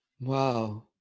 wow